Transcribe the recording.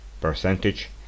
percentage